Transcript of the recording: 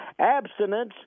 Abstinence